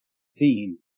scene